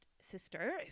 sister